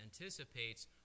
anticipates